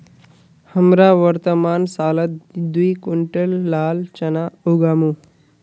हमरा वर्तमान सालत दी क्विंटल लाल चना उगामु